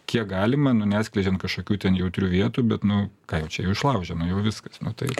kiek galima nu neskleidžiant kažkokių ten jautrių vietų bet nu ką jau čia jau išlaužė nu jau viskas nu tai